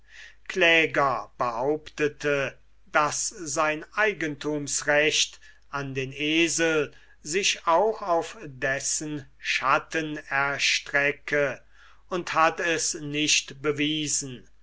kläger behauptete daß sein eigentumsrecht an den esel sich auch auf dessen schatten erstrecke und hat es nicht bewiesen